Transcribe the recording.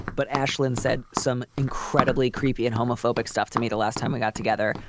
but ashlyn said some incredibly creepy and homophobic stuff to me the last time we got together.